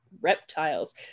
reptiles